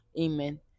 amen